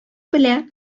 белә